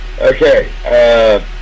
Okay